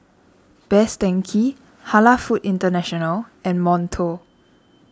Best Denki Halal Foods International and Monto